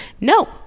No